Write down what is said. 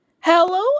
Hello